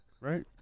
Right